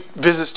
visits